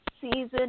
season